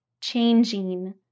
changing